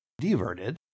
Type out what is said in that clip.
diverted